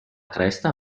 cresta